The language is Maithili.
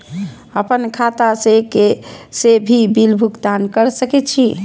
आपन खाता से भी बिल भुगतान कर सके छी?